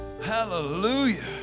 Hallelujah